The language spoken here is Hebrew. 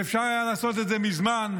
ואפשר היה לעשות את זה מזמן,